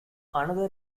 another